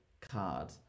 card